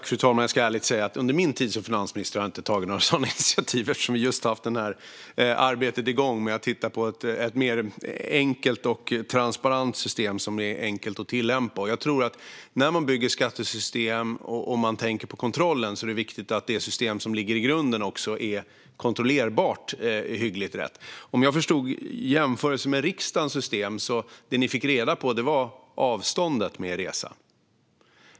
Fru talman! Jag ska ärligt säga att under min tid som finansminister har jag inte tagit några sådana initiativ. Vi har just satt igång arbetet med att titta på ett mer enkelt och transparent system som är enkelt att tillämpa. När man bygger skattesystem och tänker på kontrollen är det viktigt att det system som ligger i grunden är kontrollerbart hyggligt rätt. Om jag förstod jämförelsen med riksdagens system var det ni fick reda på avståndet för resan.